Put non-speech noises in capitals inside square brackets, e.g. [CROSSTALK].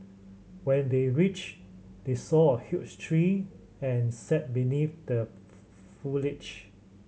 when they reached they saw a huge tree and sat beneath the [UNINTELLIGIBLE] foliage